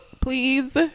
please